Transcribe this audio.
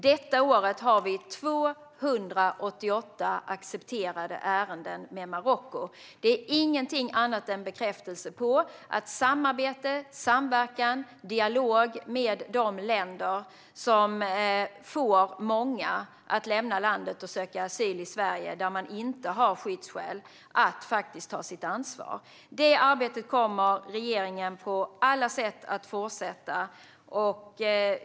Detta år har vi 288 accepterade ärenden med Marocko. Det är ingenting annat än bekräftelse på att samarbete, samverkan och dialog med de länder som många lämnar för att söka asyl i Sverige utan att ha skyddsskäl får dessa länder att faktiskt ta ansvar. Det arbetet kommer regeringen på alla sätt att fortsätta.